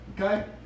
Okay